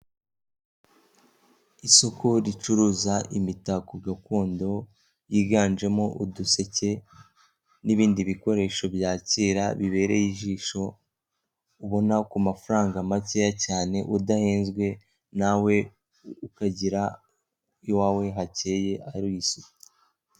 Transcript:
Isoko ricuruza imitako gakondo yiganjemo uduseke n'ibindi bikoresho bya kera bibereye ijisho, ubona ku mafaranga makeya cyane udahenzwe nawe ukagira iwawe hakeye hari n'isuku.